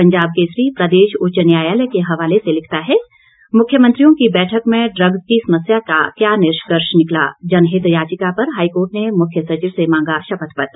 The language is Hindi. पंजाब केसरी प्रदेश उच्च न्यायालय के हवाले से लिखता है मुख्यमंत्रियों की बैठक में ड्रग्स की समस्या का क्या निष्कर्ष निकला जनहित याचिका पर हाईकोर्ट ने मुख्य सचिव से मांगा शपथपत्र